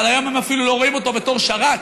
אבל היום הם אפילו לא רואים אותו בתור שרת,